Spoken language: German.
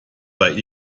bei